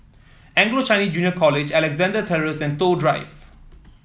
Anglo Chinese Junior College Alexandra Terrace and Toh Drive